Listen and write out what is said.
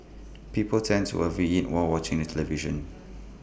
people tend to over eat while watching the television